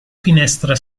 finestra